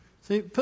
See